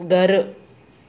दरु